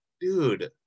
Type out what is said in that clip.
dude